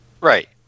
Right